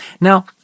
Now